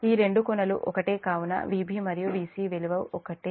ఈ రెండు కొనలూ ఒకటే కాబట్టి Vb విలువ Vc విలువ ఒకటే